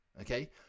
okay